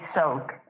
soak